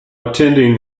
attending